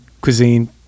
cuisine